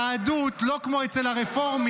ביהדות, לא כמו אצל הרפורמים,